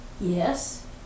Yes